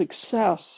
success